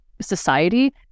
society